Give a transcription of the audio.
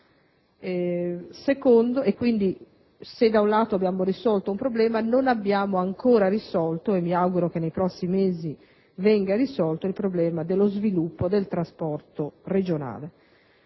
conseguenza, se da un lato abbiamo risolto un problema, non abbiamo ancora risolto - e mi auguro che nei prossimi mesi ciò avvenga - il problema dello sviluppo del trasporto regionale